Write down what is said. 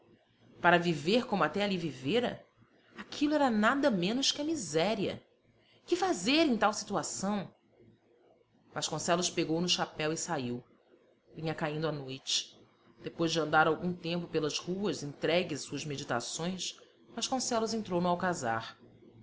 para viver como até ali vivera aquilo era nada menos que a miséria que fazer em tal situação vasconcelos pegou no chapéu e saiu vinha caindo a noite depois de andar algum tempo pelas ruas entregue às suas meditações vasconcelos entrou no alcazar